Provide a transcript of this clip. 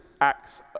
acts